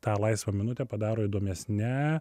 tą laisvą minutę padaro įdomesne